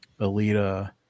Alita